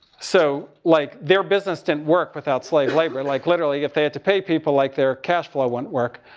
so, like, their business didn't work without slave labor. like, literally if they had to pay people, like, their cash flow wouldn't work.